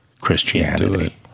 Christianity